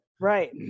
Right